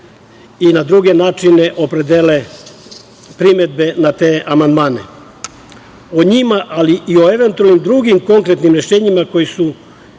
i na druge načine opredele primedbe na te amandmane.O njima, ali i o eventualnim drugim konkretnim rešenjima koja se